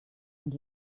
and